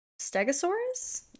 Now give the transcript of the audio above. stegosaurus